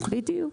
בדיוק.